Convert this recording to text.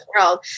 world